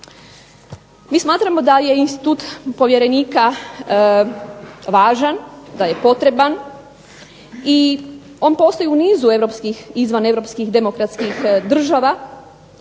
Mi smatramo da je institut povjerenika važan, da je potreban, i on postoji u nizu europskih, izvaneuropskih demokratskih država,